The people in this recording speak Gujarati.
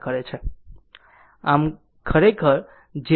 ખરેખર આમ j 2 બરાબર 1 છે